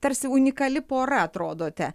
tarsi unikali pora atrodote